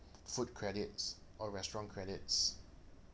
food credits or restaurant credits